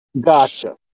Gotcha